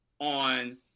on